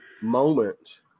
moment